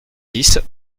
dix